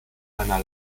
seiner